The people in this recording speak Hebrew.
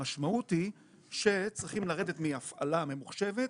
המשמעות היא שצריכים לרדת מהפעלה ממוחשבת